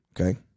okay